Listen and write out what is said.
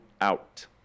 out